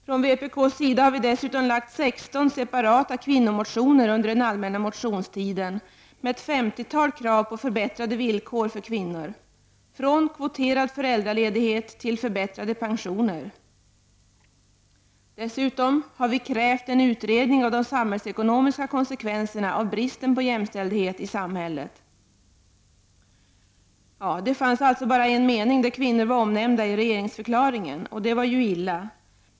Från vpk:s sida har vi dessutom under den allmänna motionstiden lagt fram 16 separata kvinnomotioner med ett femtiotal krav på förbättrade villkor för kvinnor, från kvoterad föräldraledighet till förbättrade pensioner. Vi har vidare krävt en utredning av de samhällsekonomiska konsekvenserna av bristen på jämställdhet i samhället. Det fanns alltså bara en mening i regeringsförklaringen där kvinnor var omnämnda, och det var ju illa.